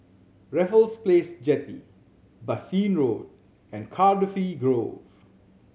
Raffles Place Jetty Bassein Road and Cardifi Grove